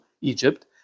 Egypt